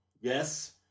yes